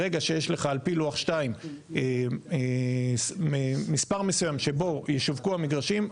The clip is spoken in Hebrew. ברגע שיש לך על פי לוח 2 מספר מסוים שבו ישווקו המגרשים,